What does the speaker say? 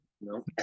no